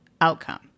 outcome